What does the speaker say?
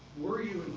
were you